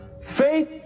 Faith